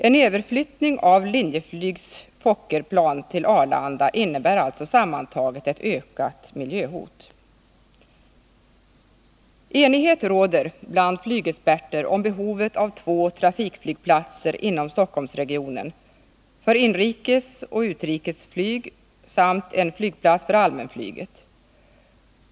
En överflyttning av Linjeflygs Fokkerplan till Arlanda innebär alltså sammantaget ett avsevärt ökat miljöhot. Enighet råder bland flygexperter om behovet av två trafikflygplatser inom Stockholmsregionen för inrikesoch utrikesflyg samt en flygplats för allmänflyget.